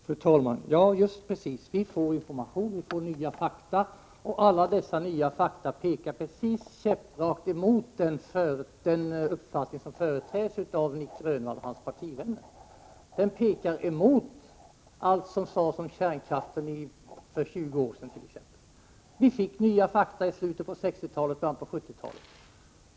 Fru talman! Ja, just precis. Vi får information, vi får nya fakta, och alla dessa nya fakta pekar käpprakt emot den uppfattning som företräds av Nic Grönvall och hans partivänner. Dessa fakta pekar emot allt som sades om kärnkraften för t.ex. 20 år sedan. Vi fick nya fakta i slutet på 60-talet och i början på 70-talet.